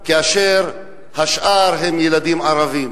והשאר הם ילדים ערבים.